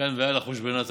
מכאן והלאה חושבנא טבא.